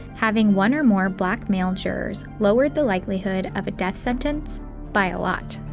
having one or more black male jurors lowered the likelihood of a death sentence by a lot.